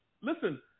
Listen